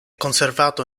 conservato